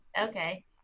Okay